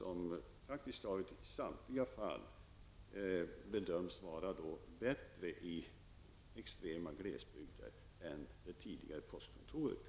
I praktiskt taget samtliga fall bedöms den vara bättre i extrema glesbygder än det tidigare postkontoret.